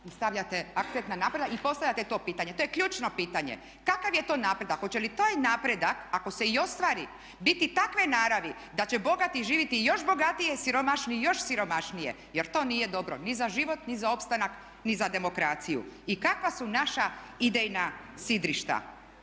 stavljate akcent na napredak i postavljate to pitanje. To je ključno pitanje. Kakav je to napredak? Hoće li taj napredak ako se i ostvari biti takve naravi da će bogati živjeti još bogatije, siromašni još siromašnije jer to nije dobro ni za život, ni za opstanak, ni za demokraciju. I kakva su naša idejna sidrišta?